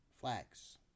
flags